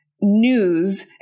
news